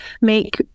make